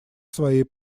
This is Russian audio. своей